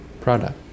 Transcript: product